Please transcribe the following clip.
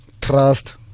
trust